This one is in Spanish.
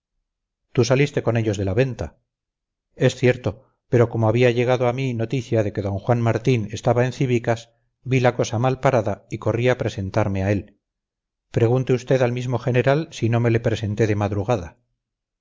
tú saliste con ellos de la venta es cierto pero como había llegado a mí noticia que d juan martín estaba en cíbicas vi la cosa mal parada y corrí a presentarme a él pregunte usted al mismo general si no me le presenté de madrugada